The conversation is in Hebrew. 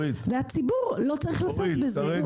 והמסים לא צריך לשאת בזה.